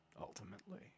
ultimately